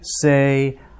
say